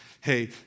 hey